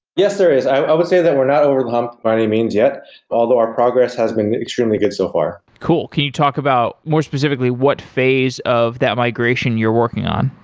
yes there is. i would say that we're not over the hump by any means yet, but although our progress has been extremely good so far. cool! can you talk about more specifically what phase of that migration you're working on?